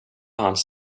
hans